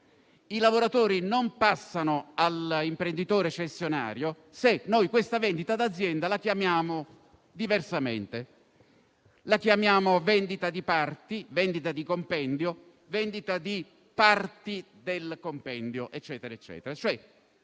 i lavoratori non passano all'imprenditore cessionario se questa vendita d'azienda la chiamiamo diversamente, ovvero la chiamiamo vendita di parti, vendita di compendio, vendita di parti del compendio.